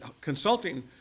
Consulting